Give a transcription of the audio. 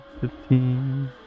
fifteen